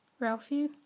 Ralphie